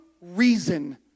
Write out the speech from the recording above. reason